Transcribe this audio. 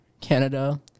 Canada